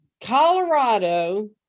Colorado